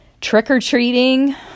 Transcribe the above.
Trick-or-treating